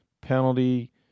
penalty